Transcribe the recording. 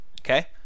Okay